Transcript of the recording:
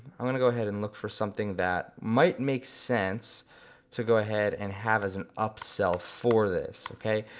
i'm gonna go ahead and look for something that might make sense to go ahead and have as an upsell for this, okay.